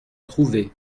trouver